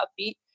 upbeat